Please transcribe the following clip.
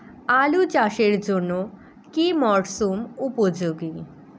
আলু চাষের জন্য কি মরসুম উপযোগী?